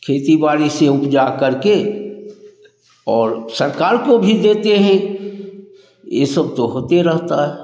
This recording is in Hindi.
खेती बाड़ी से उपजा करके और सरकार को भी देते हैं ये सब तो होते रहता है